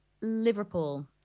Liverpool